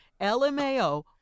LMAO